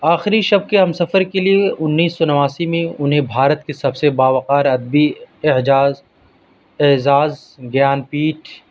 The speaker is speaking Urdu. آخری شب کے ہم سفر کے لیے انیس سو نواسی میں انہیں بھارت کے سب سے باوقار ادبی اعجاز اعزاز گیان پیٹھ